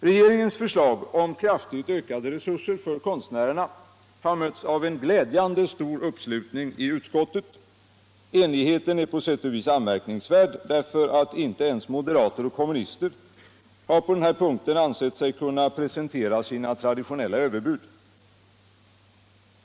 Regeringens förslag om kraftigt ökade resurser för konstnärerna har mötts av en glädjande stor uppslutning i utskottet. Enigheten är på sätt och vis anmärkningsvärd därför att inte ens moderater och kommunister på denna punkt har ansett sig kunna presentera sina traditionella överbud.